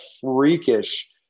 freakish